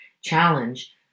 challenge